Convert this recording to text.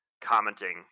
commenting